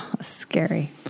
Scary